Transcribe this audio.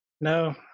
No